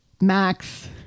Max